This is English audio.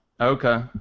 Okay